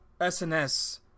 SNS